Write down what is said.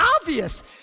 obvious